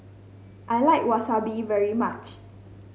I like Wasabi very much